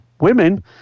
women